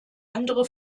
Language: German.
andere